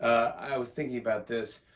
i was thinking about this,